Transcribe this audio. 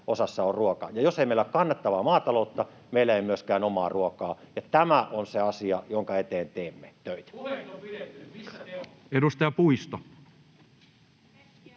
osassa on ruoka. Ja jos ei meillä ole kannattavaa maataloutta, meillä ei ole myöskään omaa ruokaa. Tämä on se asia, jonka eteen teemme töitä.